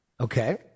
Okay